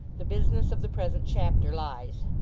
the business of the present chapter lies.